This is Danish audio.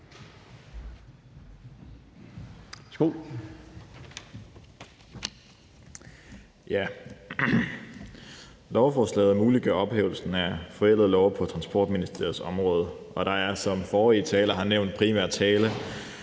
Lovforslaget muliggør ophævelsen af forældede love på Transportministeriets område. Der er, som forrige talere også har nævnt, primært tale